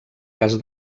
cas